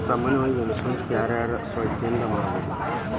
ಸಾಮಾನ್ಯಾವಾಗಿ ಇನ್ಸುರೆನ್ಸ್ ನ ಯಾರ್ ಯಾರ್ ಸ್ವ ಇಛ್ಛೆಇಂದಾ ಮಾಡ್ಸಬೊದು?